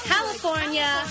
California